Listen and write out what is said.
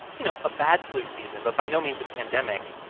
you know, a bad flu season but by no means a pandemic,